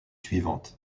suivantes